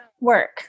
work